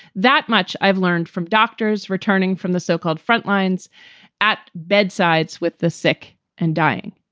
that much i've learned from doctors returning from the so-called frontlines at bedsides with the sick and dying.